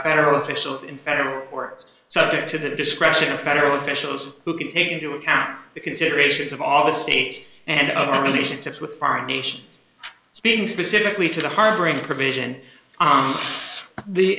federal officials in federal courts subject to the discretion of federal officials who can take into account the considerations of all states and our relationships with foreign nations as being specifically to the harboring provision on the